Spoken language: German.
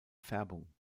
färbung